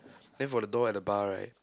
then for the door at the bar right